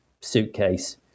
suitcase